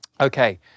Okay